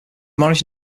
marriage